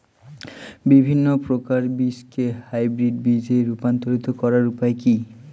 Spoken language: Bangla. বিভিন্ন প্রকার বীজকে হাইব্রিড বীজ এ রূপান্তরিত করার উপায় কি?